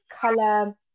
color